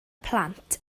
plant